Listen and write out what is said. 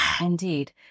Indeed